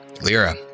Lyra